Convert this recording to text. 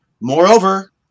moreover